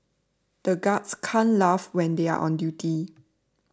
the guards can't laugh when they are on duty